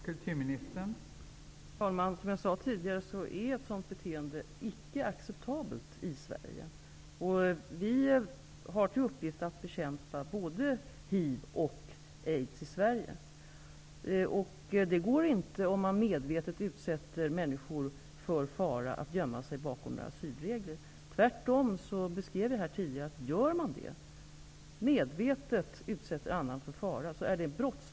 Fru talman! Som jag sade tidigare är ett sådant beteende icke acceptabelt i Sverige. Vi har till uppgift att bekämpa både hiv och aids i Sverige. Det går inte att medvetet utsätta andra för fara och sedan gömma sig bakom några asylregler. Som jag tidigare sade är det tvärtom fråga om brottslig verksamhet om man medvetet utsätter andra för fara.